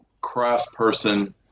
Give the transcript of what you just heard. craftsperson